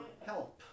help